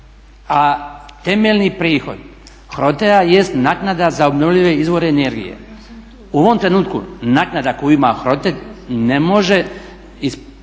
A temeljni prihod HROTE-a jest naknada za obnovljive izvore energije. U ovom trenutku naknada koju ima HROTE-g ne može ispoštivati